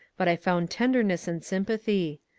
but i found tenderness and sympathy.